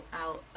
out